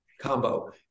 combo